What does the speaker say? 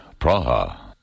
Praha